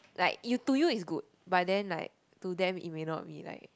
like to you it's good but like to them it may not be like